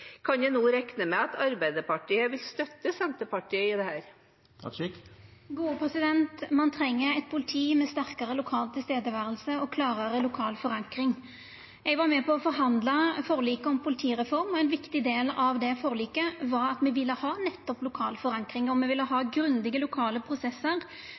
Kan vi nå regne med at Arbeiderpartiet vil støtte Senterpartiet i dette? Ein treng eit politi med sterkare lokalt nærvær og klarare lokal forankring. Eg var med på å forhandla fram forliket om politireform. Ein viktig del av det forliket var at me ville ha nettopp lokal forankring, og me ville ha grundige lokale prosessar